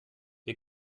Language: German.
wir